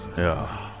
yeah.